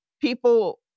people